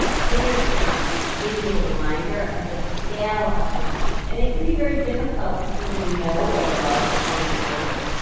so there's a constant visual reminder of the scale of farming, and it can be very difficult to even know what a large farm is.